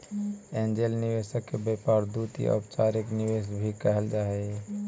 angel निवेशक के व्यापार दूत या अनौपचारिक निवेशक भी कहल जा हई